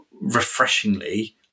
refreshingly